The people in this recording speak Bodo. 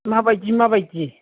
माबायदि माबायदि